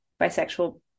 bisexual